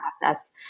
process